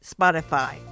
Spotify